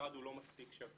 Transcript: שהמשרד הוא לא מספיק שקוף.